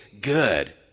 good